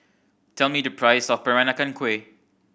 tell me the price of Peranakan Kueh